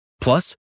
plus